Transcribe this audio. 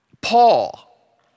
Paul